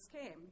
came